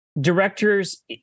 directors